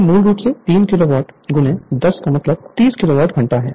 तो मूल रूप से 3 किलोवाट 10 का मतलब 30 किलोवाट घंटा है